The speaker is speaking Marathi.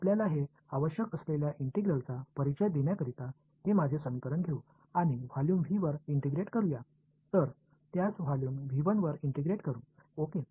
आपल्याला ते आवश्यक असलेल्या इंटिग्रलचा परिचय देण्याकरिता हे माझे समीकरण घेऊ आणि व्हॉल्यूम व्ही वर इंटिग्रेट करूया तर त्यास व्हॉल्यूम वर इंटिग्रेट करू ओके